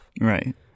right